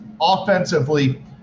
offensively